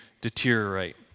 deteriorate